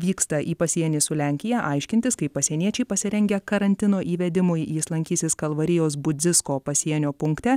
vyksta į pasienį su lenkija aiškintis kaip pasieniečiai pasirengę karantino įvedimui jis lankysis kalvarijos budzisko pasienio punkte